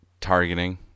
Targeting